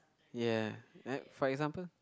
ya like for example